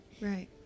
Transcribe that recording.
Right